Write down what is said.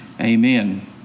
Amen